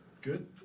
Good